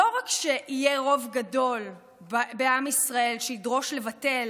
לא רק שיהיה רוב גדול בעם ישראל שידרוש לבטל